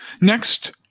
Next